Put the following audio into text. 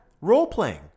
role-playing